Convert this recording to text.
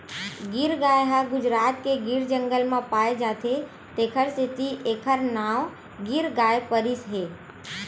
गीर गाय ह गुजरात के गीर जंगल म पाए जाथे तेखर सेती एखर नांव गीर गाय परिस हे